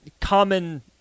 common